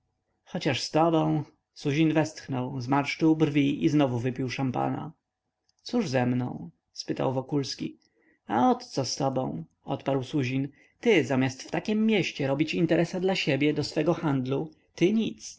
chociaż z tobą suzin westchnął zmarszczył brwi i znowu wypił szampana cóż ze mną spytał wokulski a ot co z tobą odparł suzin ty zamiast w takiem mieście robić interesa dla siebie do swego handlu ty nic